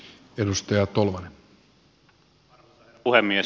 arvoisa herra puhemies